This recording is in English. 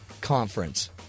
conference